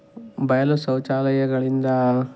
ಬಯಲು ಶೌಚಾಲಯಗಳಿಂದ